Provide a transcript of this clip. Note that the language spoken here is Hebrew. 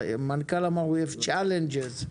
אז